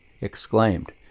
exclaimed